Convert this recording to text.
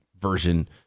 version